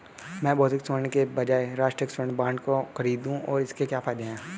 मैं भौतिक स्वर्ण के बजाय राष्ट्रिक स्वर्ण बॉन्ड क्यों खरीदूं और इसके क्या फायदे हैं?